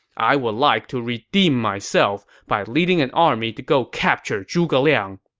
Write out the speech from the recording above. i would like to redeem myself by leading an army to go capture zhuge liang.